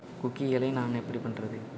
குக்கீகளை நான் எப்படி பண்ணுறது